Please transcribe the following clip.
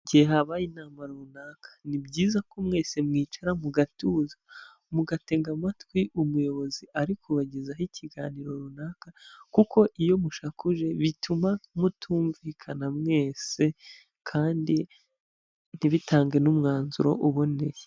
Igihe habaye inama runaka, ni byiza ko mwese mwicara mugatuza, mugatega amatwi umuyobozi, ari kubagezaho ikiganiro runaka, kuko iyo mushakuje bituma mutumvikana mwese, kandi ntibitange n'umwanzuro uboneye.